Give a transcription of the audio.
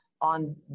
on